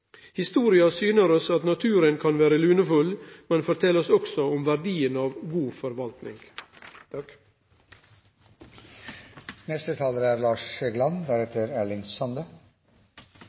Historia syner oss at naturen kan vere lunefull, men fortel oss også om verdien av god forvaltning. Som det er